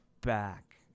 back